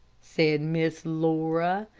said miss laura.